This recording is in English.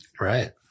Right